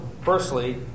Firstly